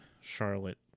Charlotte